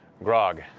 grog.